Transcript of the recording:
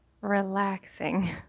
relaxing